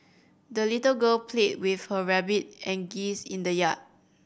the little girl played with her rabbit and geese in the yard